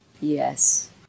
Yes